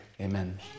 amen